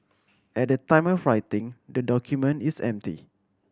at the time of writing the document is empty